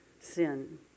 sin